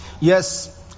Yes